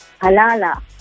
halala